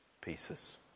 pieces